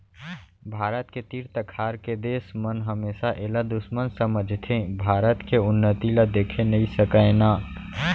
भारत के तीर तखार के देस मन हमेसा एला दुस्मन समझथें भारत के उन्नति ल देखे नइ सकय ना